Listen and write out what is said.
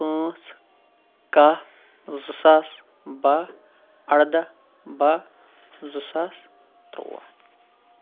پانٛژھ کَہہ زٕ ساس بَہہ اَرداہ بَہہ زٕساس ترٛواہ